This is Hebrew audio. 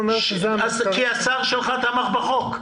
השר שלך תמך בחוק.